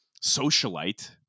socialite